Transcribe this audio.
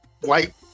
white